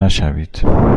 نشوید